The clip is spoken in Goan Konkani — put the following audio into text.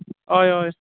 हय हय